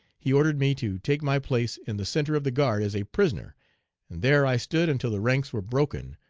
he ordered me to take my place in the centre of the guard as a prisoner, and there i stood until the ranks were broken,